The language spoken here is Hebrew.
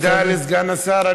תודה לסגן השר.